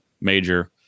major